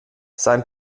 sein